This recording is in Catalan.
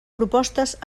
propostes